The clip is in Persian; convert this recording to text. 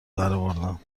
درآوردم